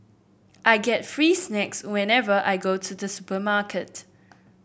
I get free snacks whenever I go to the supermarket